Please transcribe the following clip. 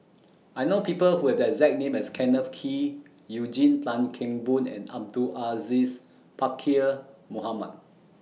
I know People Who Have that exact name as Kenneth Kee Eugene Tan Kheng Boon and Abdul Aziz Pakkeer Mohamed